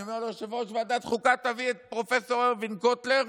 אני אומר ליושב-ראש ועדת החוקה: תביא את פרופ' ארווין קוטלר,